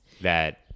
That-